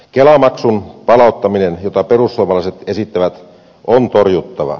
kelamaksun palauttaminen jota perussuomalaiset esittävät on torjuttava